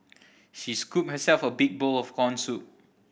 she scooped herself a big bowl of corn soup